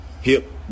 Hip